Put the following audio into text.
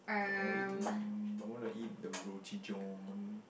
I want to eat um I want to eat the Roti-John